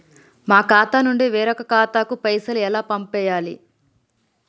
మా ఖాతా నుండి వేరొక ఖాతాకు పైసలు ఎలా పంపియ్యాలి?